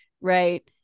Right